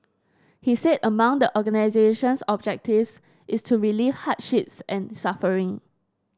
he said among the organisation's objectives is to relieve hardships and suffering